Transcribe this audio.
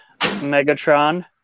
Megatron